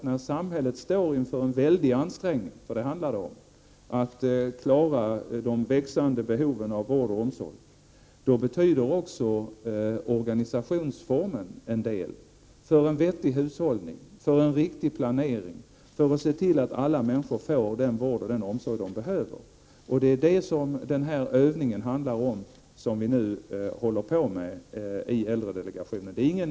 När samhället står inför en stor ansträngning — det handlar faktiskt om det — att klara de växande behoven av vård och omsorg, är det självklart att också organisationsformen betyder en del för en vettig hushållning, för en riktig planering och för att man skall kunna se till att alla människor får den vård och den omsorg de behöver. Den övning vi nu håller på med i äldredelegationen handlar om detta.